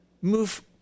move